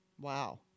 Wow